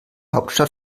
hauptstadt